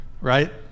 Right